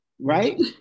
right